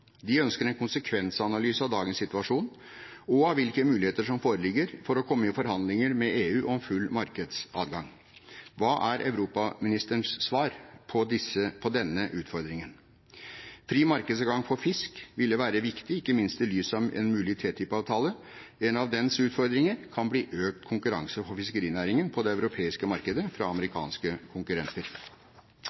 De ønsker en konsekvensanalyse av dagens situasjon og av hvilke muligheter som foreligger for å komme i forhandlinger med EU om full markedsadgang. Hva er europaministerens svar på denne utfordringen? Fri markedsadgang for fisk ville være viktig, ikke minst i lys av en mulig TTIP-avtale. En av dens utfordringer kan bli økt konkurranse for fiskerinæringen på det europeiske markedet fra amerikanske konkurrenter.